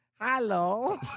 Hello